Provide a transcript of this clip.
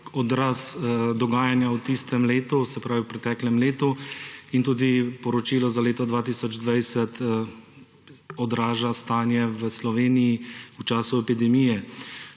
odraz dogajanja v preteklem letu, in tudi poročilo za leto 2020 odraža stanje v Sloveniji v času epidemije.